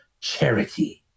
Charity